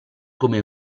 come